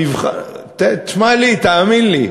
המבחן, תשמע לי, תאמין לי,